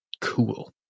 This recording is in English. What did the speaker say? cool